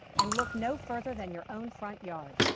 and look no further than your own front yard.